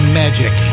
magic